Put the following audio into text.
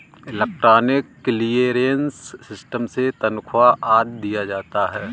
electronic clearance system से तनख्वा आदि दिया जाता है